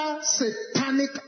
satanic